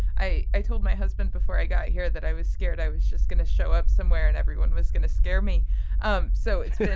i i told my husband before i got here that i was scared i was just going to show up somewhere and everyone was going to scare me um so it's